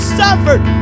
suffered